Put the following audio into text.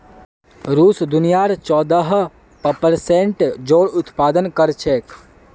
रूस दुनियार चौदह प्परसेंट जौर उत्पादन कर छेक